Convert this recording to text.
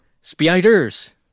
Spiders